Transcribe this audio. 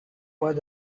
was